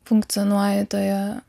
funkcionuoji toje